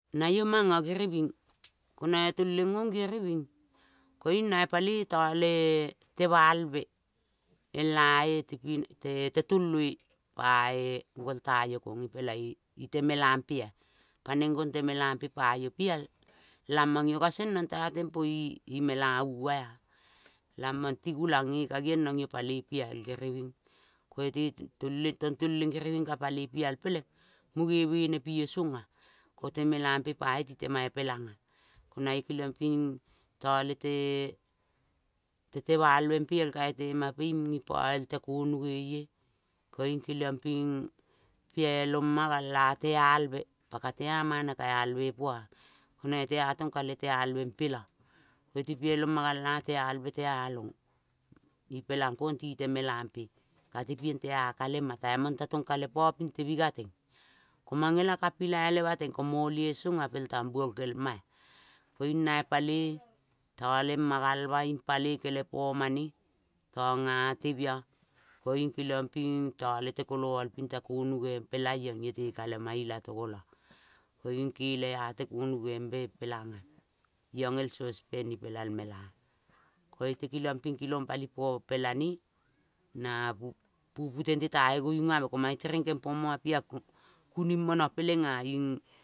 Naio manga giriving ko nae toleng ong giriving koiung naio paloi paloi tole temalve el ae te toloi bae golta io kong ipela ite melampea. Paneng gonte melampe paio pi ial lamang io kasendrong tea tempo imela ua-a. Lamang ti gulang-nge kagengrong io paloi pial giriving. Koite toleng tong toleng giriving ka paloi pial peleng muge bene pi io songa. Kon te melampe paio ti tema ipelanga. Nae keliong ping tale te-e temal pe el kai temampe iung ipa el te konogeie koiung keling ping pialoma gal te alve. Pa katea mana ka alve poa. Nae tea tong kale te alvempe la. Koite pialoma gal ate alve tealong ipelang kong ti te melampe. Ka tepieng te kalem ma. Taimang ta tong kale pa pingte migateng, ko mangela ka pilai lema teng. Ko mole songa pel tambuol kelma-a. Koiung nae paloi talema galma ing paloi. Kelepomane tong ate bia koing keliang ping koing tale te koloal pingte konoge pela iong iote kalema ilatogo la. Koiung kele ate konogembe pelanga iong el sospen ipela el mela. Koite keliong ping palipa palena na pupu tente tae goiungave ko mange tereng kempoma pia kuning mona pelengaing